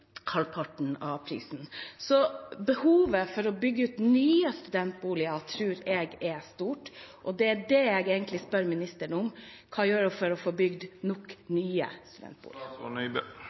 halvparten av prisen. Så behovet for å bygge nye studentboliger tror jeg er stort, og det jeg egentlig spør statsråden om, er: Hva gjør hun for å få bygd nok nye